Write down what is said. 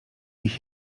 ich